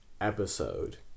episode